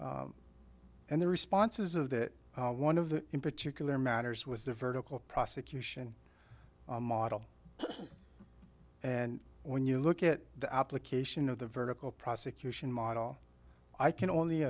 record and the responses of that one of the in particular matters was the vertical prosecution model and when you look at the application of the vertical prosecution model i can only